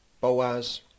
Boaz